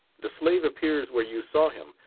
the slave appears where you saw him,